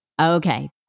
Okay